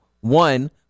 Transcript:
one